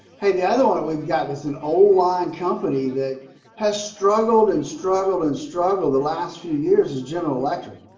hey the other one we've got this an old line company that has struggled and struggled and struggled the last few years is general electric